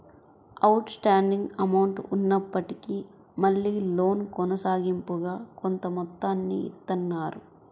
out standing amount ఉన్నప్పటికీ మళ్ళీ loan కొనసాగింపుగా కొంత మొత్తాన్ని ఇత్తన్నారు